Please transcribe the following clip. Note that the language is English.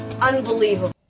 unbelievable